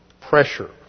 pressure